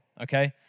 okay